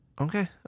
Okay